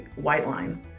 whiteline